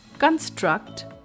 construct